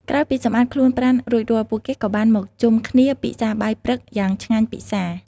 ក្រោយពីសម្អាតខ្លួនប្រាណរួចរាល់ ពួកគេក៏បានមកជុំគ្នាពិសាបាយព្រឹកយ៉ាងឆ្ងាញ់ពិសា។